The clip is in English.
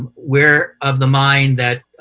we're of the mind that